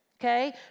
Okay